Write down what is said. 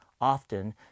often